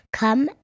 come